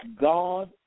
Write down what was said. God